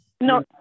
No